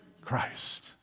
Christ